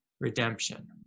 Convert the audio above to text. redemption